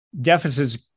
deficits